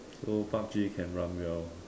so Pub-G can run well